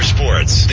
Sports